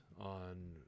on